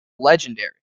legendary